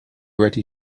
ready